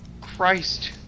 Christ